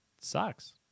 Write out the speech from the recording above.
Sucks